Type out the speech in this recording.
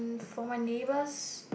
for my neighbours